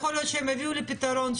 יכול להיות שהם הביאו לי פתרון.